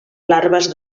larves